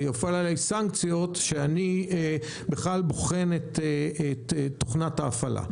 יופעלו עליי סנקציות שאני בוחן את תוכנת ההפעלה.